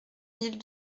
mille